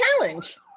challenge